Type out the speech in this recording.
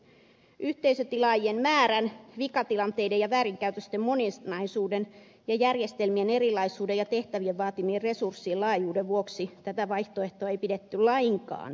yhteisötilaajien määrän vikatilanteiden ja väärinkäytösten moninaisuuden järjestelmien erilaisuuden ja tehtävän vaatimien resurssien laajuuden vuoksi tätä vaihtoehtoa ei pidetty lainkaan toteuttamiskelpoisena